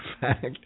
fact